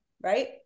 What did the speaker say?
Right